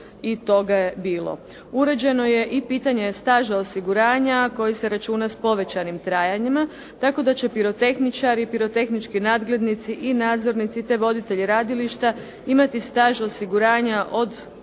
i toga je bilo. Uređeno je i pitanje staža osiguranja koji se računa s povećanim trajanjima, tako da će pirotehničari, pirotehnički nadglednici i nadzornici, te voditelji radilišta imati staž osiguranja od 18